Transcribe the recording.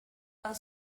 are